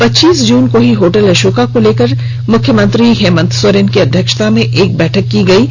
पच्चीस जून को ही होटल अशोका को लेकर सीएम हेमंत सोरेन की अध्यक्षता में एक बैठक की गयी थी